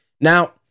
Now